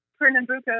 pernambuco